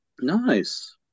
nice